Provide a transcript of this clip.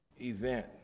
event